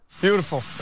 Beautiful